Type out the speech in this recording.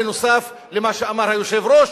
נוסף על מה שאמר היושב-ראש,